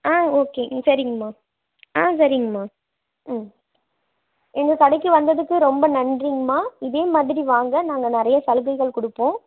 ஆ okay ம் சரிங்கம்மா ஆ சரிங்கம்மா ம் எங்கள் கடைக்கு வந்ததுக்கு ரொம்ப நன்றிங்கம்மா இதே மாதிரி வாங்க நாங்கள் நிறைய சலுகைகள் கொடுப்போம்